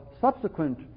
subsequent